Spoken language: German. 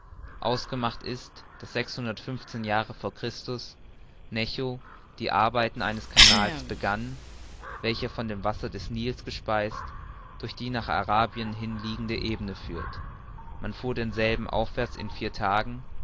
ausgemacht ist daß jahre vor christus necho die arbeiten eines canals begann welcher von dem wasser des nils gespeist durch die nach arabien hin liegende ebene führte man fuhr denselben aufwärts in vier tagen